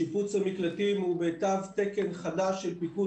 שיפוץ המקלטים הוא בתו תקן חדש של פיקוד